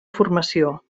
formació